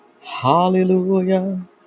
Hallelujah